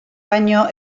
baino